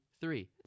three